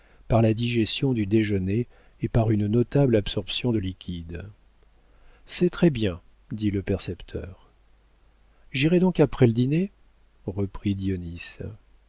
par la digestion du déjeuner et par une notable absorption de liquides c'est très-bien dit le percepteur j'irai donc après le dîner reprit